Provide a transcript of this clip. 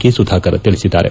K Sudhakar ತಿಳಿಸಿದ್ದಾರೆ